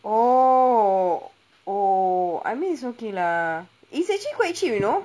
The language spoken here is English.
oh oh I mean it's okay lah it's actually quite cheap you know